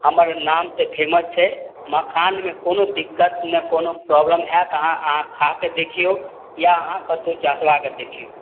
हमर नामसँ फेमस छै मखानमे कोनो दिक्कत ने कोनो प्रॉब्लम होयत अहाँ अहाँ खाके देखियौ या अहाँ कतहु जँचबा कऽ देखियौ